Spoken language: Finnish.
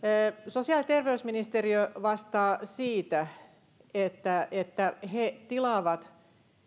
sosiaali ja terveysministeriö vastaa siitä että että he tilaavat